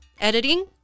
Editing